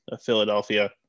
Philadelphia